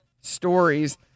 stories